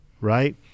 right